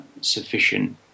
sufficient